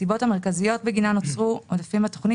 הסיבות המרכזיות בגינן נוצרו עודפים בתוכנית